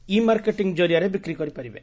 ଇ marketing ଅଣ୍ ଜରିଆରେ ବିକ୍ରି କରିପାରିବେ